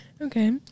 Okay